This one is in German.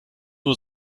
nur